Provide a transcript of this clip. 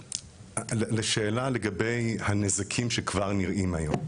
לשאלה לגבי הנזקים שכבר נראים היום,